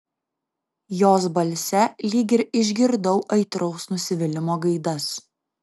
jos balse lyg ir išgirdau aitraus nusivylimo gaidas